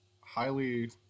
highly